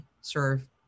serve